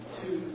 two